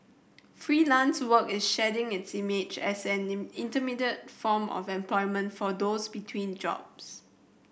Freelance Work is shedding its image as an in intermediate form of employment for those between jobs